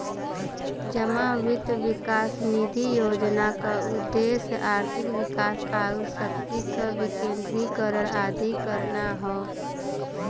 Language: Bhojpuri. जमा वित्त विकास निधि योजना क उद्देश्य आर्थिक विकास आउर शक्ति क विकेन्द्रीकरण आदि करना हौ